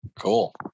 Cool